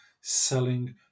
selling